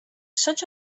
such